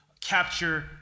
capture